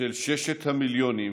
של ששת המיליונים